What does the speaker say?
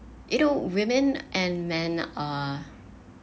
even women and men uh